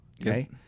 Okay